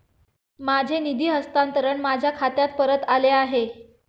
माझे निधी हस्तांतरण माझ्या खात्यात परत आले आहे